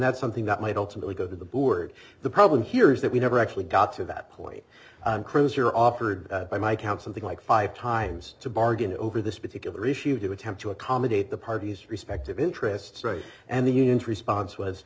that's something that might ultimately go to the board the problem here is that we never actually got to that point chris you're offered by my count something like five times to bargain over this particular issue to attempt to accommodate the parties respective interests right and the unions response was